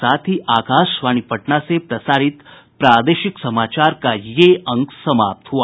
इसके साथ ही आकाशवाणी पटना से प्रसारित प्रादेशिक समाचार का ये अंक समाप्त हुआ